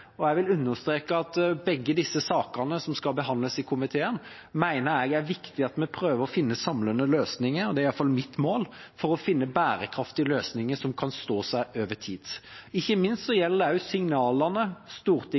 det. Jeg vil understreke at jeg mener det er viktig at vi prøver å finne samlende løsninger for begge disse sakene, som skal behandles i komiteen. Det er i hvert fall mitt mål å finne bærekraftige løsninger som kan stå seg over tid. Ikke minst gjelder det signalene Stortinget